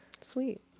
Sweet